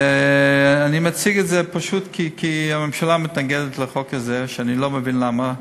אני מציג את זה פשוט כי הממשלה מתנגדת לחוק הזה ואני לא מבין למה.